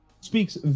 speaks